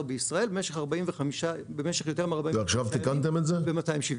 בישראל במשך יותר מ-45 יום ב-270 ימים.